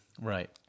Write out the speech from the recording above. Right